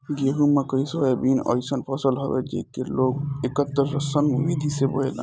गेंहू, मकई, सोयाबीन अइसन फसल हवे जेके लोग एकतस्सन विधि से बोएला